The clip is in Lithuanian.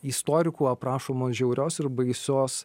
istorikų aprašomos žiaurios ir baisios